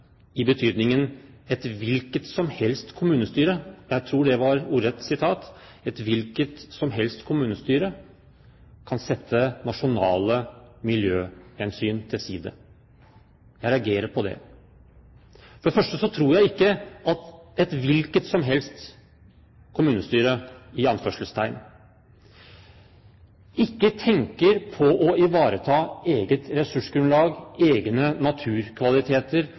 i betydningen et hvilket som helst kommunestyre – jeg tror det er et ordrett sitat: Et hvilket som helst kommunestyre kan sette nasjonale miljøhensyn til side. Jeg reagerer på det. For det første tror jeg ikke at «et hvilket som helst kommunestyre» ikke tenker på å ivareta eget ressursgrunnlag, egne naturkvaliteter,